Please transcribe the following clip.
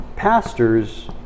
Pastors